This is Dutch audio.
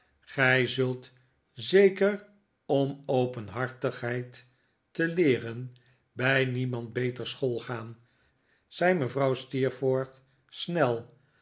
gij kunt zeker om openhartigheid te leeren bij niemand beter schoolgaan zei mevrouw steerforth snel